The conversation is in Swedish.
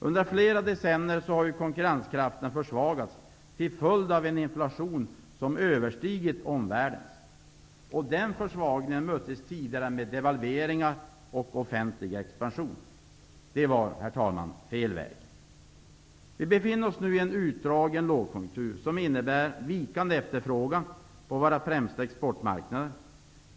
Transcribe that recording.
Under flera decennier har konkurrenskraften försvagats till följd av en inflation som överstigit omvärldens. Den försvagningen möttes tidigare med devalveringar och offentlig expansion. Det var fel väg. Vi befinner oss nu i en utdragen lågkonjunktur som innebär vikande efterfrågan på våra främsta exportmarknader.